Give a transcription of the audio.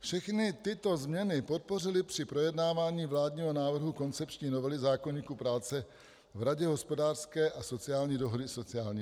Všechny tyto změny podpořili při projednávání vládního návrhu koncepční novely zákoníku práce v Radě hospodářské a sociální dohody sociální partneři.